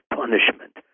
punishment